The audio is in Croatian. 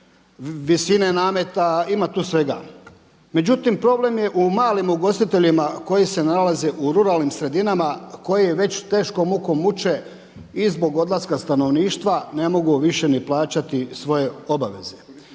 visine nameta, ima tu svega. Međutim, problem je u malim ugostiteljima koji se nalaze u ruralnim sredinama koji već teškom mukom muče i zbog odlaska stanovništva ne mogu više ni plaćati svoje obaveze.